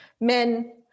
Men